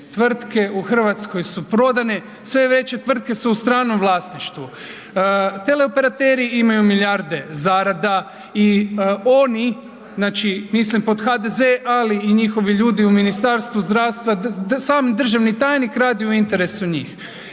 tvrtke u Hrvatskoj su prodane. Sve veće tvrtke su u stranom vlasništvu. Teleoperateri imaju milijarde zarada i oni, mislim pod HDZ-e ali i njihovi ljudi u Ministarstvu zdravstva, sam državni tajnik radi u interesu njih,